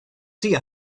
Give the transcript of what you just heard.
see